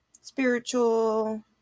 Spiritual